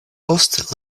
post